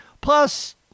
Plus